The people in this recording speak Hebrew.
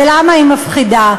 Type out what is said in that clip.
ולמה היא מפחידה?